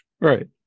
Right